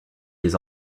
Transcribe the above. les